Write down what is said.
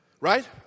Right